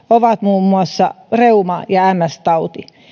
ovat muun muassa reuma ja ms tauti